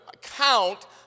count